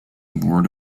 board